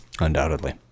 Undoubtedly